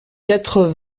quatre